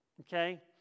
Okay